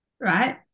right